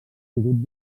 sigut